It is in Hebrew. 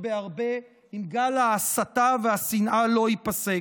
בהרבה אם גל ההסתה והשנאה לא ייפסק.